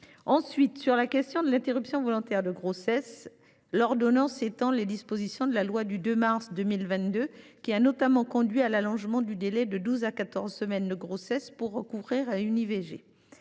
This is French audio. regretter. Sur la question de l’interruption volontaire de grossesse, l’ordonnance étend les dispositions de la loi du 2 mars 2022, qui a notamment conduit à l’allongement du délai de douze à quatorze semaines de grossesse pour recourir à une IVG.